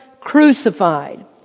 crucified